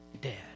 dead